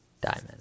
diamond